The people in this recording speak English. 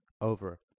over